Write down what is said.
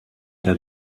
der